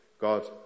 God